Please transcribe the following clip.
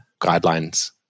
guidelines